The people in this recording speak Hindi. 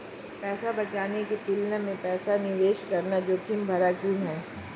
पैसा बचाने की तुलना में पैसा निवेश करना जोखिम भरा क्यों है?